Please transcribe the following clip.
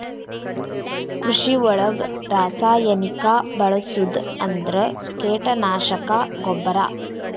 ಕೃಷಿ ಒಳಗ ರಾಸಾಯನಿಕಾ ಬಳಸುದ ಅಂದ್ರ ಕೇಟನಾಶಕಾ, ಗೊಬ್ಬರಾ